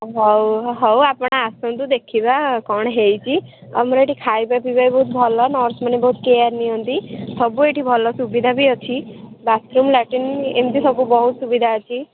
ହଉ ହଉ ଆପଣ ଆସନ୍ତୁ ଦେଖିବା କ'ଣ ହେଇଛି ଆମର ଏଠି ଖାଇବା ପିଇବା ବି ବହୁତ୍ ଭଲ ନର୍ସମାନେ ବହୁତ୍ କେୟାର୍ ନିଅନ୍ତି ସବୁ ଏଠି ଭଲ ସୁବିଧା ବି ଅଛି ବାଥରୁମ୍ ଲାଟ୍ରିନ୍ ଏମିତି ସବୁ ବହୁତ୍ ସୁବିଧା ଅଛି